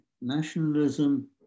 nationalism